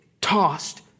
tossed